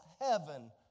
heaven